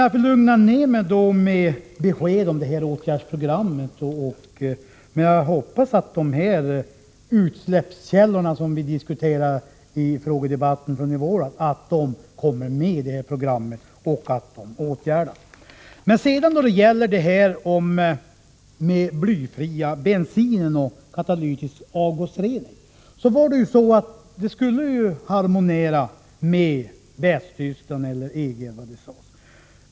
Jag kan lugna mig med beskedet om åtgärdsprogrammet, men jag hoppas att de utsläppskällor som vi diskuterade i en frågedebatt i våras kommer med i programmet och att saken åtgärdas. 50 De svenska bestämmelserna om blyfri bensin och katalytisk avgasrening skulle ju harmoniera med bestämmelserna i Västtyskland eller inom EG —- vilket vi nu sade.